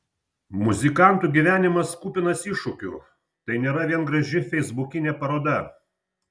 muzikantų gyvenimas kupinas iššūkių tai nėra vien graži feisbukinė paroda